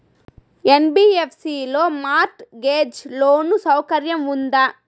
NBFC లో mortgage loan సౌకర్యం ఉందా?